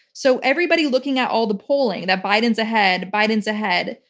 so everybody looking at all the polling that biden's ahead, biden's ahead,